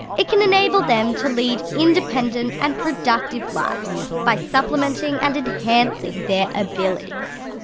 it can enable them to lead independent and productive lives by supplementing and enhancing their abilities.